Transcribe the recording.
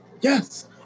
Yes